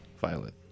violet